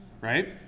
Right